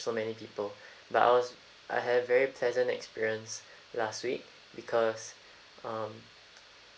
so many people but I was I had a very pleasant experience last week because um